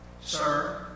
Sir